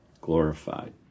glorified